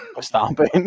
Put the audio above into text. Stomping